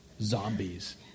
zombies